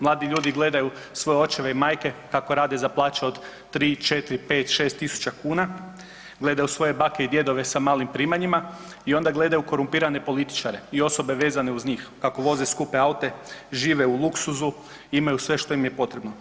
Mladi ljudi gledaju svoje očeve i majke kako rade za plaće od tri, četiri, pet, šest tisuća kuna, gledaju svoje bake i djedove sa malim primanjima i onda gledaju korumpirane političare i osobe vezane uz njih kako voze skupe aute, žive u luksuzu, imaju sve što im je potrebno.